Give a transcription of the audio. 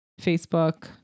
Facebook